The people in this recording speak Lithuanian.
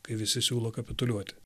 kai visi siūlo kapituliuoti